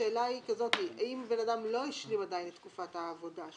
השאלה היא כזו: אם בן אדם לא השלים עדיין את כל תקופת הכשרתו,